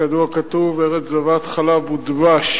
כידוע, כתוב "ארץ זבת חלב ודבש"